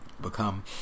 become